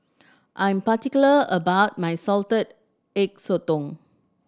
I'm particular about my Salted Egg Sotong